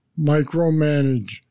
micromanage